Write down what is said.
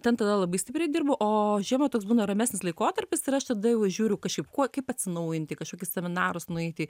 ten tada labai stipriai dirbu o žiemą toks būna ramesnis laikotarpis ir aš tada jau žiūriu kažkaip kuo kaip atsinaujinti kažkokius seminarus nueiti